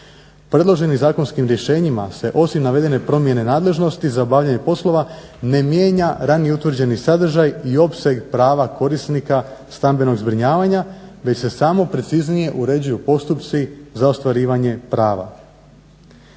Predloženim zakonskim rješenjima se osim navedene promjene nadležnosti za obavljanje poslova ne mijenja ranije utvrđeni sadržaj i opseg prava korisnika stambenog zbrinjavanja već se samo preciznije uređuju postupci za ostvarivanje prava.